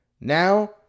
Now